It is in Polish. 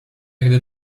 gdy